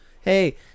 Hey